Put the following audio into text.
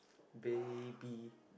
baby